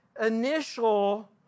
initial